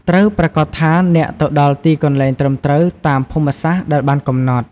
ត្រូវប្រាកដថាអ្នកទៅដល់ទីកន្លែងត្រឹមត្រូវតាមភូមិសាស្រ្តដែលបានកំណត់។